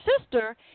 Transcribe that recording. sister